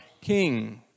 king